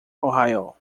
ohio